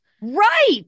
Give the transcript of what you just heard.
Right